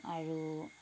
আৰু